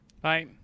Bye